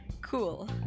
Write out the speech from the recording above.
cool